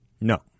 No